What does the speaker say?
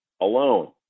alone